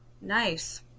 Nice